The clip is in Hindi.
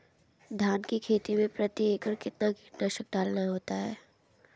धान की खेती में प्रति एकड़ कितना कीटनाशक डालना होता है?